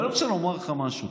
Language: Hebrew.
אבל אני רוצה לומר לך משהו.